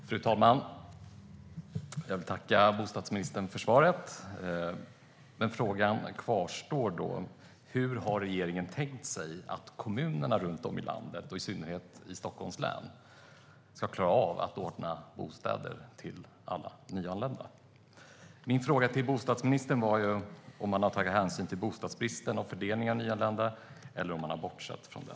Fru talman! Jag vill tacka bostadsministern för svaret. Men frågan kvarstår: Hur har regeringen tänkt sig att kommunerna runt om i landet, i synnerhet i Stockholms län, ska klara av att ordna bostäder till alla nyanlända? Min fråga till bostadsministern var om han har tagit hänsyn till bostadsbristen och fördelningen av nyanlända eller om han har bortsett från det.